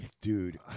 Dude